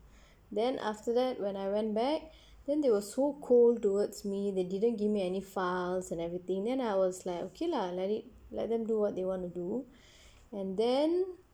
then after that when I went back then they was so cold towards me they didn't give me any files and everything then I was like okay lah let it let them do what they want to do and then